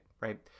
right